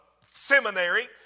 seminary